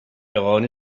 iran